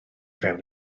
fewn